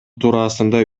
туурасында